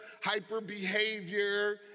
hyper-behavior